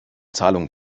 zahlung